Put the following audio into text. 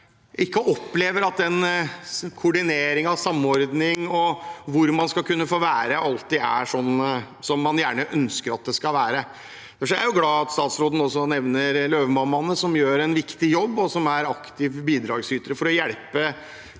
2020 opplever at koordinering og samordning og hvor man skal kunne få være, ikke alltid er som man gjerne ønsker. Jeg er glad for at statsråden også nevner Løvemammaene, som gjør en viktig jobb, og som er aktive bidragsytere for å hjelpe